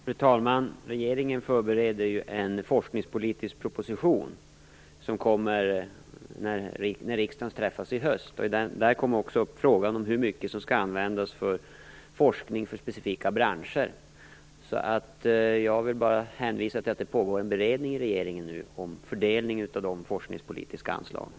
Fru talman! Regeringen förbereder en forskningspolitisk proposition som kommer när riksdagen samlas i höst. Där kommer också frågan upp hur mycket som skall användas till forskning för specifika branscher. Jag vill därför bara hänvisa till att det nu pågår en beredning i regeringen om fördelningen av de forskningspolitiska anslagen.